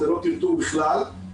זה לא טרטור בכלל.